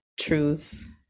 truths